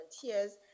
volunteers